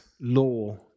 law